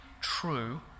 true